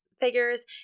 figures